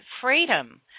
freedom